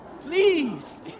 Please